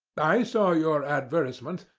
i saw your advertisement,